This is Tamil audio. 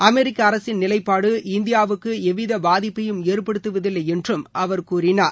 அமெரிக்க அரசின் நிலைப்பாடு இந்தியாவுக்கு பாதிப்பையும் எவ்வித ஏற்படுத்துவதில்லையென்றும் அவர் கூறினார்